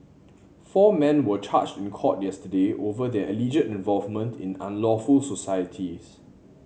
four men were charged in court yesterday over their alleged involvement in unlawful societies